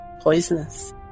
poisonous